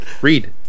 Read